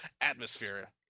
atmosphere